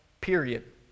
Period